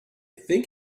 think